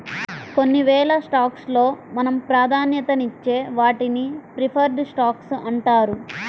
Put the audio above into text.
కొన్నివేల స్టాక్స్ లో మనం ప్రాధాన్యతనిచ్చే వాటిని ప్రిఫర్డ్ స్టాక్స్ అంటారు